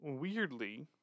Weirdly